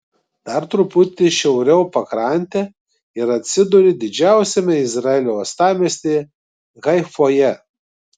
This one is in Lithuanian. dar truputį šiauriau pakrante ir atsiduri didžiausiame izraelio uostamiestyje haifoje